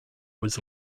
was